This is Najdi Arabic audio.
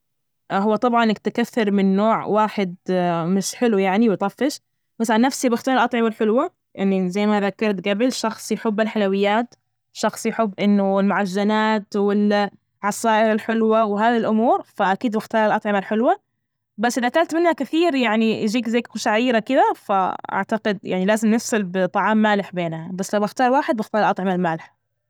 هو طبعا، إنك تكثر من نوع واحد مش حلو يعني ويطفش بس عن نفسي بختار الأطعمة الحلوة، يعني زي ما ذكرت جبل شخص يحب الحلويات، شخص يحب إنه المعجنات وال عصائر الحلوة، وهذى الأمور، فأكيد بختار الأطعمة الحلوة، بس إذا أكلت منها كثير يعني يجيك زي كشعيرة كده، ف أعتقد يعني لازم نفصل بطعام مالح بينها، بس لو بختار واحد بختار الأطعمة المالحة.